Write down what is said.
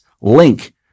link